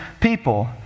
people